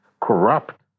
corrupt